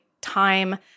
time